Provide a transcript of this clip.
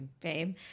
fame